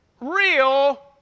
real